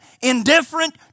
indifferent